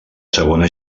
segona